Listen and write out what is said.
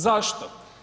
Zašto?